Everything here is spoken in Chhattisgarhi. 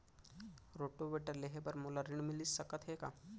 रोटोवेटर लेहे बर मोला ऋण मिलिस सकत हे का?